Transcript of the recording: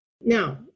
Now